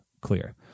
clear